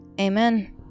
Amen